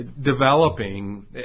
developing